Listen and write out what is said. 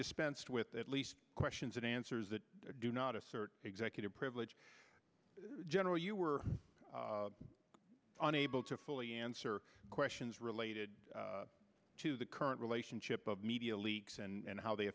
dispensed with at least questions and answers that do not assert executive privilege general you were unable to fully answer questions related to the current relationship of media leaks and how they